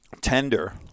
tender